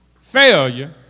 failure